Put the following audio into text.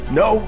no